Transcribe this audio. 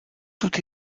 tout